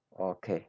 okay